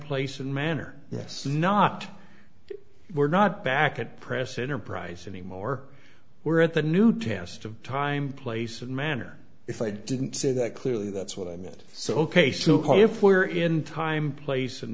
place and manner yes not we're not back at press enterprise anymore we're at the new test of time place and manner if i didn't say that clearly that's what i meant so ok so if we're in time place and